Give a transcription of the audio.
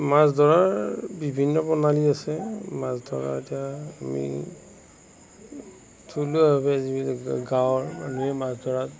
মাছ ধৰাৰ বিভিন্ন প্ৰণালী আছে মাছ ধৰাৰ এতিয়া আমি থলুৱাভাৱে যিবিলাক গাঁৱৰ মানুহে মাছ ধৰা